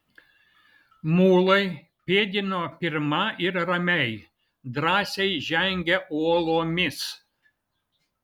mulai pėdino pirma ir ramiai drąsiai žengė uolomis